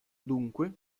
dunque